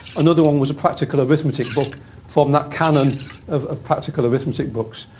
another one was a practical arithmetic book from that canon of of practical arithmetic books.